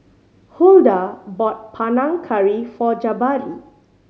Huldah bought Panang Curry for Jabari